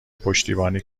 پشتیبانی